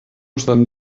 estan